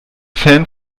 fan